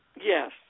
Yes